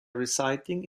residing